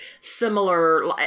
similar